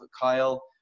Kyle